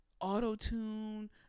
auto-tune